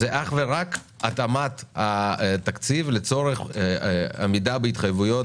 זה רק התאמת התקציב לצורך עמידה בהתחייבויות